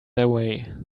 away